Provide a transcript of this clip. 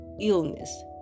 illness